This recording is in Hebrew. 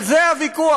על זה הוויכוח.